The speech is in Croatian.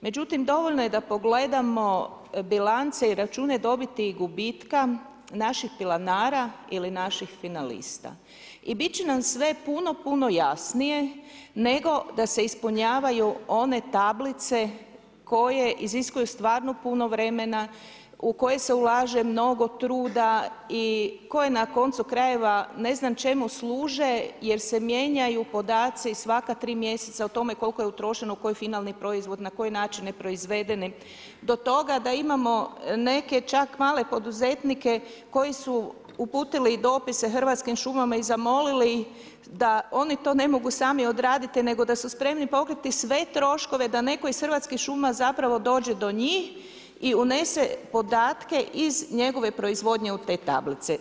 Međutim dovoljno je da pogledamo bilance i račune dobiti i gubitka naših pilanara ili naših finalista i bit će nam se sve puno, puno jasnije nego da se ispunjavaju one tablice koje iziskuju stvarno puno vremena, u koje se ulaže mnogo truda i koje na koncu krajeva ne znam čemu služe jer se mijenjaju podaci svaka tri mjeseca o tome koliko je utrošeno u koji finalni proizvod, na koji način je proizveden do toga da imamo neke čak male poduzetnike koji su uputili dopise Hrvatskim šumama i zamolili da oni to ne mogu sami odraditi nego da su spremni pokriti sve troškove, da netko iz Hrvatskih šuma zapravo dođe do njih i unese podatke iz njegove proizvodnje u te tablice.